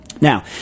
Now